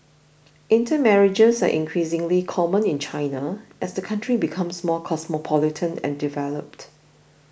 intermarriages are increasingly common in China as the country becomes more cosmopolitan and developed